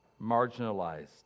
marginalized